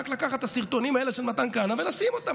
רק לקחת את הסרטונים האלה של מתן כהנא ולשים אותם.